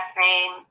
name